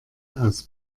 aus